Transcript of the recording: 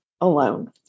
alone